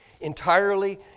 entirely